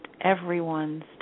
everyone's